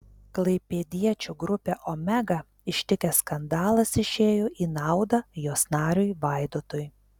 klaipėdiečių grupę omega ištikęs skandalas išėjo į naudą jos nariui vaidotui